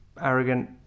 arrogant